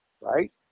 Right